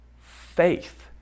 faith